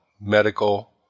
medical